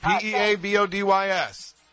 P-E-A-B-O-D-Y-S